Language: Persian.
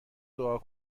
دعا